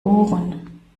ohren